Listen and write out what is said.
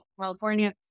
California